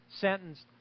sentenced